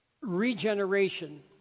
regeneration